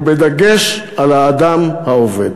ובדגש על האדם העובד.